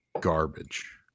garbage